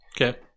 Okay